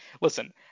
Listen